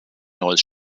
neues